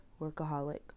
Workaholic